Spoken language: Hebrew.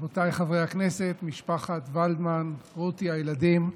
רבותיי חברי הכנסת, משפחת ולדמן, רותי, הילדים,